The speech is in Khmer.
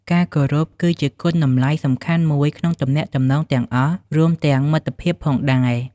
ការគោរពគឺជាគុណតម្លៃសំខាន់មួយក្នុងទំនាក់ទំនងទាំងអស់ រួមទាំងមិត្តភាពផងដែរ។